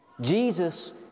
Jesus